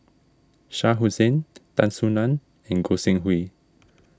Shah Hussain Tan Soo Nan and Goi Seng Hui